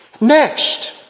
Next